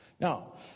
Now